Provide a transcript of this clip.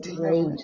great